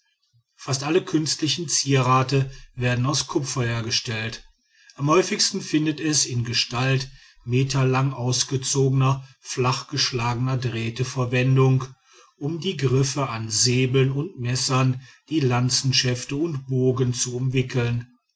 fast alle künstlichen zierate werden aus kupfer hergestellt am häufigsten findet es in gestalt meterlang ausgezogener flach geschlagener drähte verwendung um die griffe an säbeln und messern die lanzenschäfte und bogen zu umwickeln